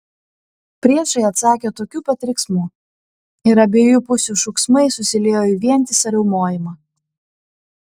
priešai atsakė tokiu pat riksmu ir abiejų pusių šūksmai susiliejo į vientisą riaumojimą